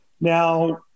Now